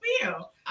feel